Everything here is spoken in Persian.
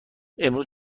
امروز